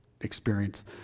experience